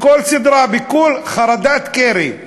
בכל סדרה, ביקור, חרדת קרי.